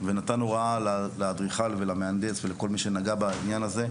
ונתן הוראה לאדריכל ולמהנדס ולכל מי שנגע בעניין הזה,